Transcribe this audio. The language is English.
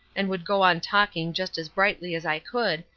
and would go on talking just as brightly as i could,